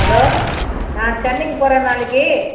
hello நான் சென்னைக்கு போகிறேன் நாளைக்கு